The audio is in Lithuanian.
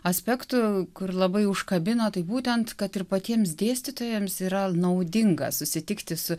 aspektų kur labai užkabino tai būtent kad ir patiems dėstytojams yra naudinga susitikti su